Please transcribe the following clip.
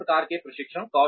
विभिन्न प्रकार के प्रशिक्षण